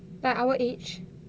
like our age